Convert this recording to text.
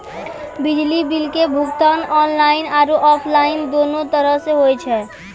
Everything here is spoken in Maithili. बिजली बिल के भुगतान आनलाइन आरु आफलाइन दुनू तरहो से होय छै